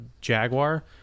jaguar